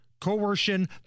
coercion